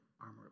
armor